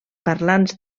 parlants